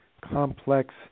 complex